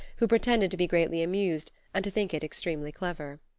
who pretended to be greatly amused and to think it extremely clever.